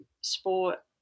sport